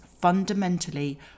fundamentally